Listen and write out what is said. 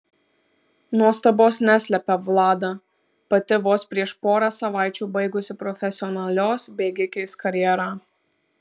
nuostabos neslepia vlada pati vos prieš porą savaičių baigusi profesionalios bėgikės karjerą